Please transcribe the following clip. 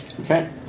Okay